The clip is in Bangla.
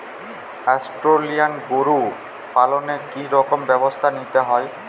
অস্ট্রেলিয়ান গরু পালনে কি রকম ব্যবস্থা নিতে হয়?